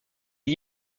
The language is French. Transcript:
les